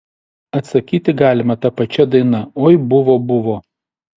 atsakyti galima ta pačia daina oi buvo buvo